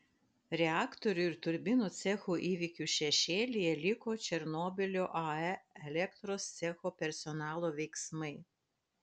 reaktorių ir turbinų cechų įvykių šešėlyje liko černobylio ae elektros cecho personalo veiksmai